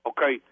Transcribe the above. Okay